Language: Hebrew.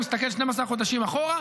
הוא מסתכל 12 חודשים אחורה.